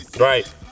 Right